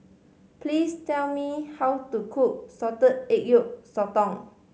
please tell me how to cook salted egg yolk sotong